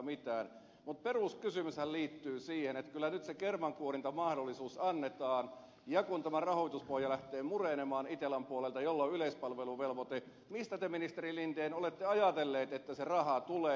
mutta peruskysymyshän liittyy siihen että kyllä nyt se kermankuorintamahdollisuus annetaan ja kun tämä rahoituspohja lähtee murenemaan itellan puolelta jolla on yleispalveluvelvoite mistä te ministeri linden olette ajatellut että se raha tulee